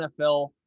NFL